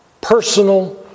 personal